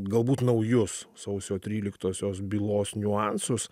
galbūt naujus sausio tryliktosios bylos niuansus